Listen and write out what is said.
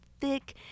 thick